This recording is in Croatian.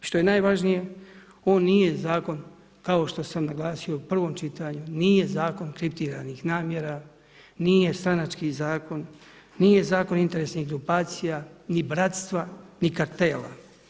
Što je najvažnije, on nije zakon kao što sam naglasio u prvom čitanju, nije zakon kriptiranih namjera, nije stranački zakon, nije zakon interesnih grupacija ni bratstva, ni kartela.